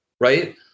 right